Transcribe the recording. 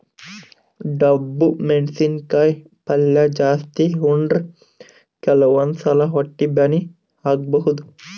ಡಬ್ಬು ಮೆಣಸಿನಕಾಯಿ ಪಲ್ಯ ಜಾಸ್ತಿ ಉಂಡ್ರ ಕೆಲವಂದ್ ಸಲಾ ಹೊಟ್ಟಿ ಬ್ಯಾನಿ ಆಗಬಹುದ್